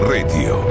Radio